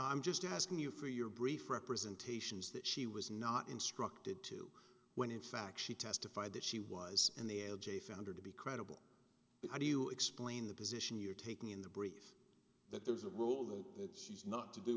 i'm just asking you for your brief representations that she was not instructed to when in fact she testified that she was in the ajay founder to be credible how do you explain the position you're taking in the brief that there is a rule that she's not to do